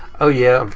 oh yeah,